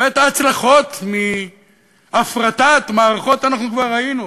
ואת ההצלחות מהפרטת מערכות אנחנו כבר ראינו,